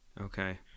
Okay